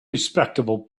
respectable